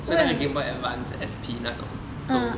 是那个 game boy advance S P 那种都